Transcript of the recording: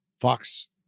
Fox